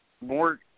more